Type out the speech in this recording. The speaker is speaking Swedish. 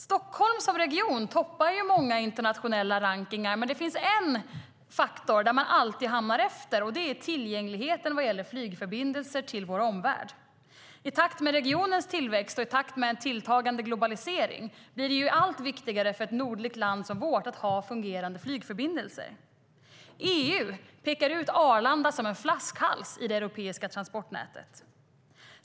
Stockholmsregionen toppar många internationella rankningar. På ett område hamnar den dock alltid efter, och det gäller tillgängligheten på flygförbindelser till omvärlden. I takt med regionens tillväxt och tilltagande globalisering blir det allt viktigare för vårt nordliga land att ha fungerande flygförbindelser. EU pekar ut Arlanda som en flaskhals i det europeiska transportnätet.